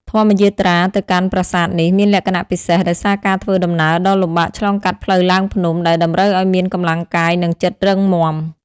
ធម្មយាត្រាទៅកាន់ប្រាសាទនេះមានលក្ខណៈពិសេសដោយសារការធ្វើដំណើរដ៏លំបាកឆ្លងកាត់ផ្លូវឡើងភ្នំ ដែលតម្រូវឲ្យមានកម្លាំងកាយ និងចិត្តរឹងមាំ។